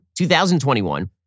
2021